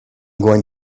going